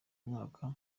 mwaka